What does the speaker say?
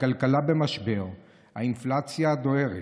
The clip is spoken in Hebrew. כשהכלכלה במשבר, האינפלציה דוהרת,